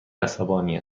عصبانی